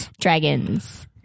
Dragons